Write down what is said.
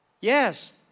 Yes